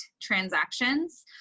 transactions